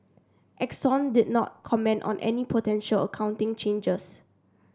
Exxon did not comment on any potential accounting changers